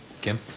Kim